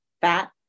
fat